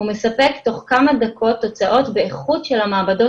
הוא מספק תוך כמה דקות תוצאות באיכות של המעבדות